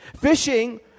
Fishing